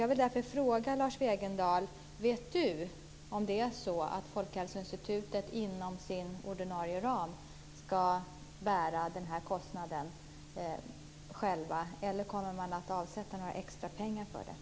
Jag vill därför fråga: Vet Lars Wegendal om Folkhälsoinstitutet inom sin ordinarie ram självt ska bära den här kostnaden eller om man kommer att avsätta extrapengar för detta?